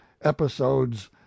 episodes